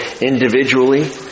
individually